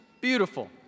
beautiful